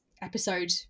episode